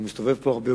הוא מסתובב פה הרבה,